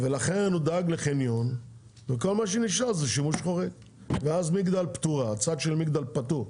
לכן הוא דאג לחניון וכל מה שנשאר זה שימוש חורג ואז הצד של מגדל פטור,